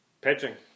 Pitching